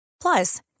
Plus